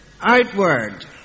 outward